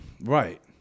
Right